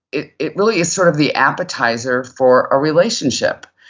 it it really is sort of the appetizer for a relationship.